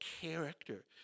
character